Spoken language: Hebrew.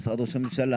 משרד ראש הממשלה,